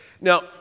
Now